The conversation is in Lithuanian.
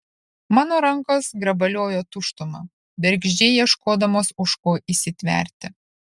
mano rankos grabaliojo tuštumą bergždžiai ieškodamos už ko įsitverti